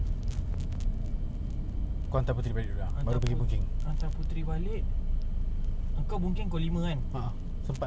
terperanjat aku depan ah aku kena standby kat tampines because takut orang City Gas datang bila aku tak ada orang pula